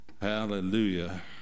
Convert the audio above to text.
hallelujah